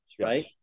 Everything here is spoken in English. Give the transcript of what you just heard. right